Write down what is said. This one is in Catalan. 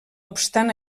obstant